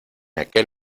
aquel